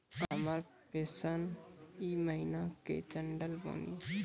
हमर पेंशन ई महीने के चढ़लऽ बानी?